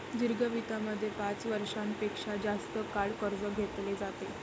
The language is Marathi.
दीर्घ वित्तामध्ये पाच वर्षां पेक्षा जास्त काळ कर्ज घेतले जाते